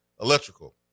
electrical